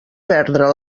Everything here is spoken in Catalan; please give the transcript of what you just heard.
perdre